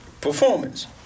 Performance